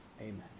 amen